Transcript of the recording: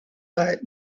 right